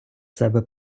себе